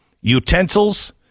utensils